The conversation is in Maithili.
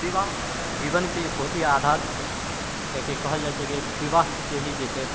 विवाह जीवनके एक बहुत हि आधार छियै कियाकि कहल जाइ छै विवाहसँ हि जेछै